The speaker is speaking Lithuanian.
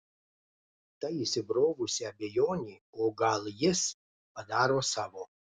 ta įsibrovusi abejonė o gal jis padaro savo